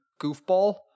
goofball